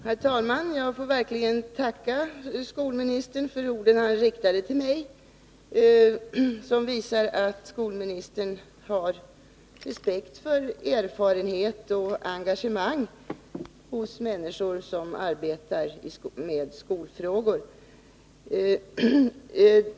Herr talman! Jag får verkligen tacka skolministern för orden han riktade till mig. De visar att skolministern har respekt för erfarenhet och engagemang hos människor som arbetar med skolfrågor.